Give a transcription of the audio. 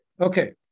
Okay